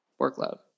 workload